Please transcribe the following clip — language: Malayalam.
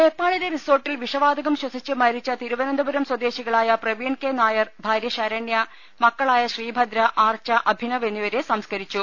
നേപ്പാളില്പ് റിസോർട്ടിൽ വിഷവാതകം ശ്വസിച്ച് മരിച്ച തിരുവനന്തപുരം സ്വദേശികളായ പ്രവീൺ കെ നായർ ഭാര്യ ശരണ്യ മക്കളായ ശ്രീഭദ്ര ആർച്ച അഭിനവ് എന്നിവരെ സംസ്കരിച്ചു